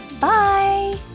Bye